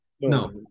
No